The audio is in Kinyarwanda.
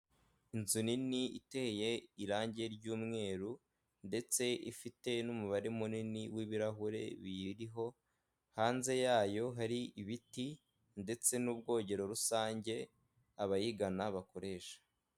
Inzu nini iteye irangi ry'umweru ndetse ifite n'umubare munini w'ibirahure biyiriho, hanze yayo hari ibiti ndetse n'ubwogero rusange abayigana bakoresha.